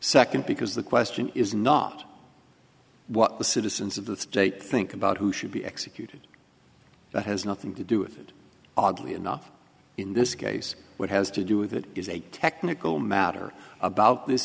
second because the question is not what the citizens of the state think about who should be executed that has nothing to do with it oddly enough in this case what has to do with it is a technical matter about this